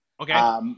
Okay